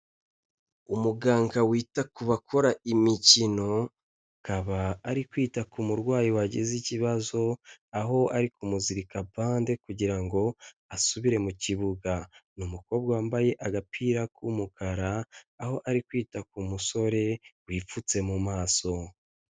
Umuganga wita ku bakora imikino, akaba ari kwita ku murwayi wagize ikibazo, aho ari kumuzirika bande kugira ngo asubire mu kibuga. Ni umukobwa wambaye agapira k'umukara, aho ari kwita ku musore wipfutse mu maso.